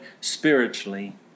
spiritually